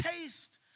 taste